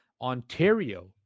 Ontario